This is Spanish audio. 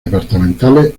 departamentales